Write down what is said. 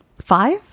Five